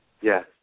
Yes